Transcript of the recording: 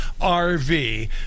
RV